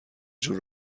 جور